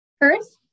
First